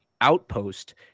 outpost